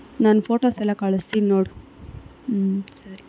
ನಾನು ಫೋಟೋಸ್ ಎಲ್ಲ ಕಳಿಸ್ತೀನಿ ನೋಡು ಸರಿ